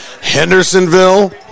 Hendersonville